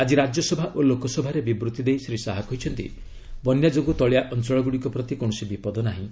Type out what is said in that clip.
ଆଜି ରାଜ୍ୟସଭା ଓ ଲୋକସଭାରେ ବିବୃତ୍ତି ଦେଇ ଶ୍ରୀ ଶାହା କହିଛନ୍ତି ବନ୍ୟା ଯୋଗୁଁ ତଳିଆ ଅଞ୍ଚଳଗୁଡ଼ିକ ପ୍ରତି କୌଣସି ବିପଦ ନାହିଁ